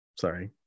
Sorry